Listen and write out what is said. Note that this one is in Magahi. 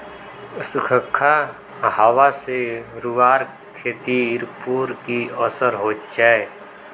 सुखखा हाबा से रूआँर खेतीर पोर की असर होचए?